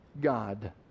God